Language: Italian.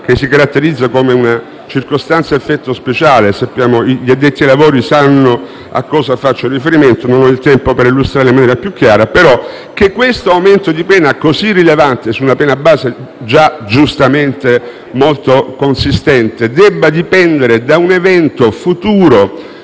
che si caratterizza come una circostanza a effetto speciale (gli addetti ai lavori sanno a cosa faccio riferimento). Non ho il tempo per illustrare in maniera più chiara le ragioni per cui questo aumento di pena, così rilevante su una pena base già giustamente molto consistente, verrebbe a dipendere da un evento futuro,